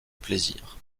plaisir